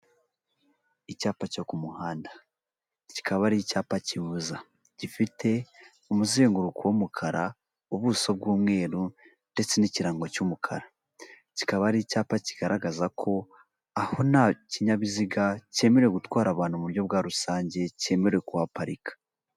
Icyapa cyo ku muhanda kikaba ari icyapa kibuza gifite umuzenguruko w'umukara, ubuso bw'umweru ndetse n'ikirango cy'umukara, kikaba ari icyapa kigaragaza ko aho nta kinyabiziga cyemerewe gutwara abantu mu buryo bwa rusange cyemerewe kuhaparika.